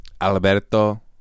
Alberto